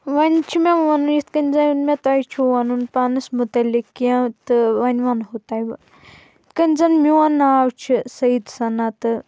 وۄنۍ چھِ مےٚ وَنُن یِتھ کنۍ زَنہٕ مےٚ تۄہہِ چھُو وَنُن پانَس مُتعلق کیٚنٛہہ تہٕ وۄنۍ وَنہٕ ہَو تۄہہِ بہٕ یِتھ کَنۍ زَن میون ناو چھِ سعیِد سنا تہٕ